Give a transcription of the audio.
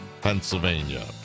Pennsylvania